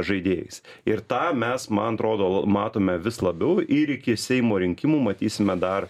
žaidėjais ir tą mes man atrodo matome vis labiau ir iki seimo rinkimų matysime dar